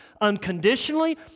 unconditionally